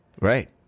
Right